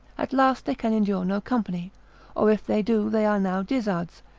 at last they can endure no company or if they do, they are now dizzards,